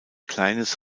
kleines